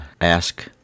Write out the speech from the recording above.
ask